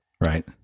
Right